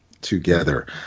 together